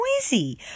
Noisy